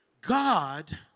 God